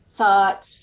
Thoughts